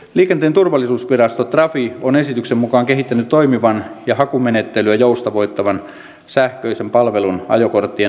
liikenteen turvallisuusvirasto trafi on esityksen mukaan kehittänyt toimivan ja hakumenettelyä joustavoittavan sähköisen palvelun ajokorttien hakemista varten